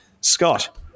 Scott